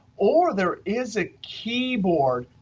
or there is ah keyboard.